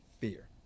Fear